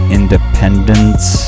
independence